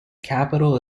capital